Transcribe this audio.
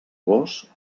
gos